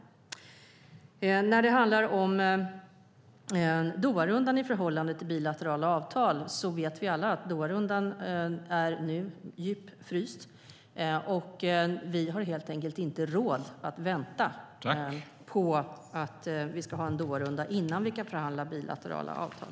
När det gäller Doharundan i förhållande till bilaterala avtal vet vi alla att Doharundan nu är djupfryst, och vi har helt enkelt inte råd att vänta på att ha en Doharunda innan vi kan förhandla om bilaterala avtal.